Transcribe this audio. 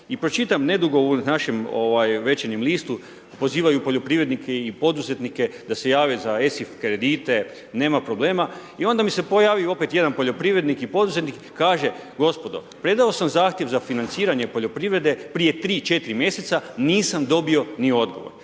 i pročitam nedugo u našem Večernjem listu pozivaju poljoprivrednike i poduzetnike da se jave za Esif kredite, nema problema i onda mi se pojavi opet jedan poljoprivrednik i poduzetnik i kaže: gospodo, predao sam zahtjev za financiranje poljoprivrede prije 3, 4 mjeseca, nisam dobio ni odgovor.